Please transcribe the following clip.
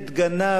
גנב,